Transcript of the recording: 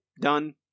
done